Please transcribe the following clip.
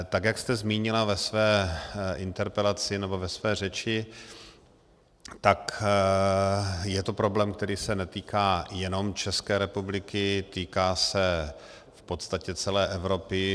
Tak jak jste zmínila ve své interpelaci, nebo ve své řeči, je to problém, který se netýká jenom České republiky, týká se v podstatě celé Evropy.